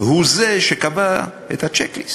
הוא שקבע את הצ'ק-ליסט,